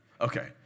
Okay